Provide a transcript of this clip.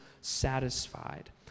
satisfied